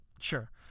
sure